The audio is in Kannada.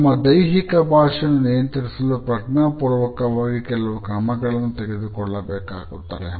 ನಮ್ಮ ದೈಹಿಕ ಭಾಷೆಯನ್ನು ನಿಯಂತ್ರಿಸಲು ಪ್ರಜ್ಞಾಪೂರ್ವಕವಾಗಿ ಕೆಲವು ಕ್ರಮಗಳನ್ನು ತೆಗೆದುಕೊಳ್ಳಬೇಕಾಗುತ್ತದೆ